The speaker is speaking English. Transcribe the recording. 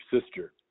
sister